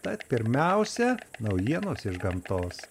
tad pirmiausia naujienos iš gamtos